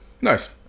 Nice